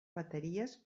bateries